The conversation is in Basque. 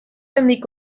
handiko